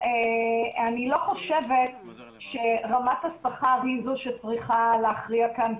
אני לא חושבת שרמת השכר היא זו שצריכה להכריע כאן,